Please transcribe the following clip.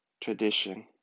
tradition